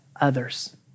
others